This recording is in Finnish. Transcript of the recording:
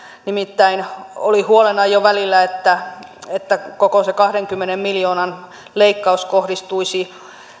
nimittäin oli huolena jo välillä että koko se kahdenkymmenen miljoonan leikkaus kohdistuisi